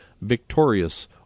victorious